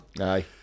Aye